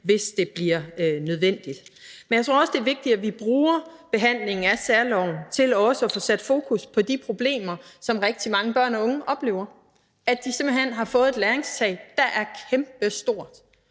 hvis det bliver nødvendigt. Men jeg tror også, det er vigtigt, at vi bruger behandlingen af særloven til også at få sat fokus på de problemer, som rigtig mange børn og unge oplever: at de simpelt hen har fået et læringstab, der er kæmpestort,